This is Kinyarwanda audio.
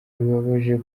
bibabaje